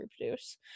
reproduce